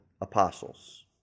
apostles